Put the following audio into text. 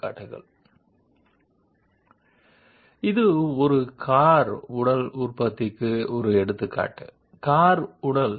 So in this case there will be 2 dies coming from 2 sides pressing the sheet metal to the required shape and size that we want